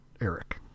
Eric